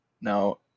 Now